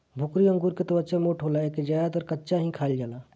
भोकरी अंगूर के त्वचा मोट होला एके ज्यादातर कच्चा ही खाईल जाला